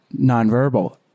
nonverbal